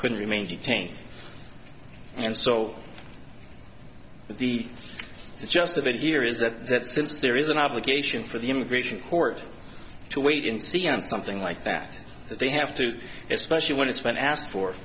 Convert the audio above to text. couldn't remain detained and so the just of it here is that since there is an obligation for the immigration court to wait and see on something like that they have to especially when it's been asked for